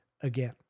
again